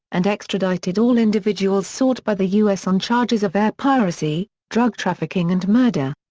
and extradited all individuals sought by the u s. on charges of air piracy, drug trafficking and murder.